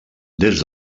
des